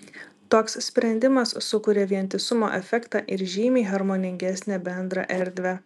toks sprendimas sukuria vientisumo efektą ir žymiai harmoningesnę bendrą erdvę